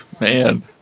Man